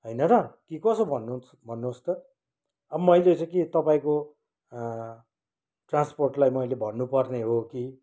होइन र कि कसो भन्नुहोस् भन्नुहोस् त अब मैले चाहिँ के तपाईँको ट्रान्सपोर्टलाई मैले भन्नुपर्ने हो कि